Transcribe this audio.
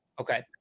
okay